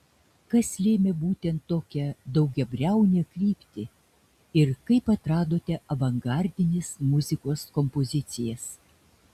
kas lėmė būtent tokią daugiabriaunę kryptį ir kaip atradote avangardinės muzikos kompozicijas